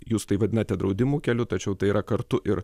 jūs tai vadinate draudimų keliu tačiau tai yra kartu ir